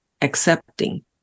accepting